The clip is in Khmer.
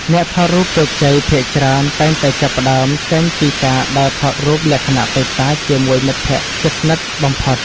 អ្នកថតរូបជោគជ័យភាគច្រើនតែងតែចាប់ផ្តើមចេញពីការដើរថតរូបលក្ខណៈតូចតាចជាមួយមិត្តភក្តិជិតស្និទ្ធបំផុត។